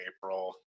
april